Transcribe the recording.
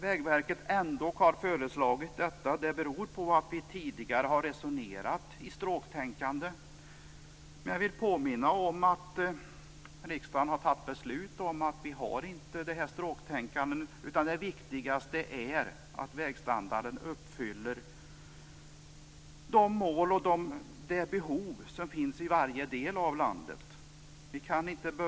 Vägverkets förslag beror också på att riksdagen beslutat om att överge det tidigare s.k. stråktänkandet. Det viktiga är att vägstandarden tillgodoser de mål och de behov som finns i respektive del av landet.